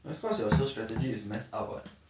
of course your so strategy is messed up [what]